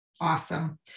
awesome